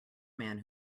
man